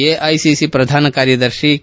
AICC ಪ್ರಧಾನ ಕಾರ್ಯದರ್ಶಿ K